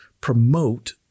promote